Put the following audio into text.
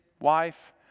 wife